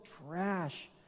trash